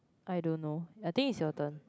I don't know I think it's your turn